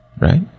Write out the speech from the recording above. right